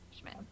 Schmidt